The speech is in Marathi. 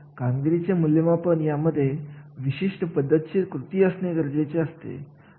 कार्याचे मूल्यमापन आपल्याला क्रम ठरवून देत असत अशा कार्याची नियम ठरवून देत असतात